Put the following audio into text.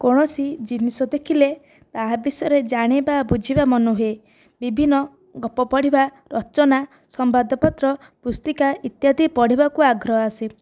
କୌଣସି ଜିନିଷ ଦେଖିଲେ ତାହା ବିଷୟରେ ଜାଣିବା ବୁଝିବା ମନ ହୁଏ ବିଭିନ୍ନ ଗପ ପଢ଼ିବା ରଚନା ସମ୍ବାଦ ପତ୍ର ପୁସ୍ତିକା ଇତ୍ୟାଦି ପଢ଼ିବାକୁ ଆଗ୍ରହ ଆସେ